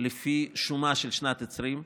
לפי שומה של שנת 2020,